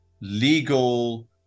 legal